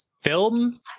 film